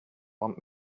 want